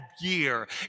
year